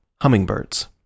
Hummingbirds